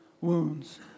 wounds